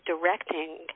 directing